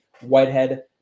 Whitehead